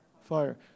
fire